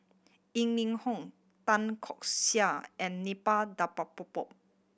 Yeo Ning Hong Tan Keong Saik and Suppiah Dhanabalan